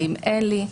האם אין לי,